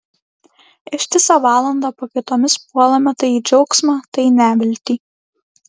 ištisą valandą pakaitomis puolame tai į džiaugsmą tai į neviltį